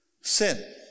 sin